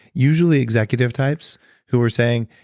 usually executive types who were saying,